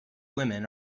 women